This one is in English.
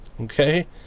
okay